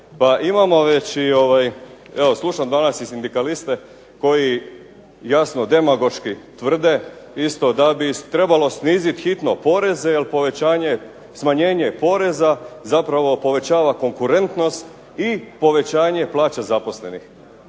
Pa imamo već i, evo slušam danas i sindikaliste koji jasno demagoški tvrde isto da bi trebalo snizit hitno poreze jer smanjenje poreza zapravo povećava konkurentnost i povećanja plaća zaposlenih.